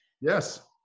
Yes